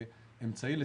יש אמנם שינויים,